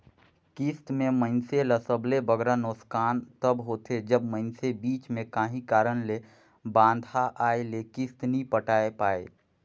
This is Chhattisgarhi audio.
किस्त में मइनसे ल सबले बगरा नोसकान तब होथे जब मइनसे बीच में काहीं कारन ले बांधा आए ले किस्त नी पटाए पाए